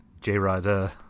J-Rod